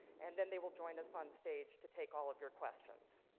and then they will join us on stage to take all of your questions.